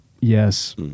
yes